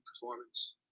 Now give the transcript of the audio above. performance